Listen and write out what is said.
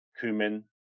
cumin